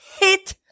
Hit